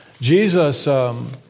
Jesus